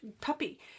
puppy